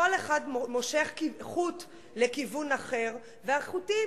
כל אחד מושך חוט לכיוון אחר והחוטים